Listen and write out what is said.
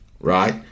right